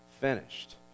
finished